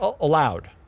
allowed